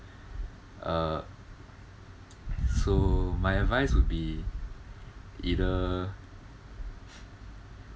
uh so my advice would be either